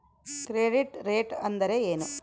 Credit rate ಅಂದರೆ ಏನು?